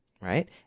right